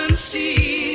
and see